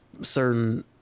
certain